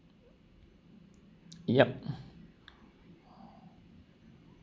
yup